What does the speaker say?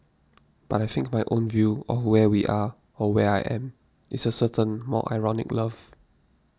but I think my own view of where we are or where I am is a certain more ironic love